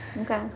Okay